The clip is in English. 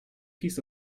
piece